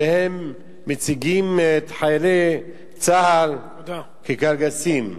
שמציגים את חיילי צה"ל כקלגסים.